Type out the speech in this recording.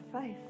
faith